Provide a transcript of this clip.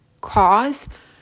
cause